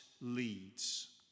leads